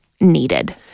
needed